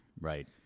Right